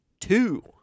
two